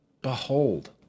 behold